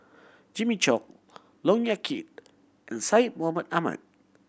Jimmy Chok Look Yan Kit and Syed Mohamed Ahmed